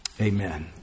Amen